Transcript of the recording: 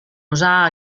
usar